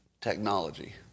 technology